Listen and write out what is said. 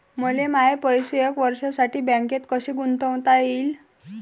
मले माये पैसे एक वर्षासाठी बँकेत कसे गुंतवता येईन?